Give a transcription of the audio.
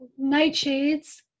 nightshades